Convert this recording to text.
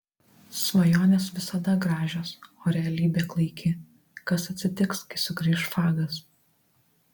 svajonės visada gražios o realybė klaiki kas atsitiks kai sugrįš fagas